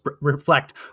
reflect